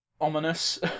ominous